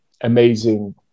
amazing